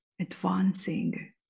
advancing